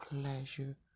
pleasure